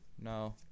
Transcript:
No